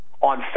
on